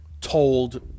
told